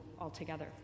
altogether